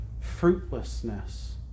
fruitlessness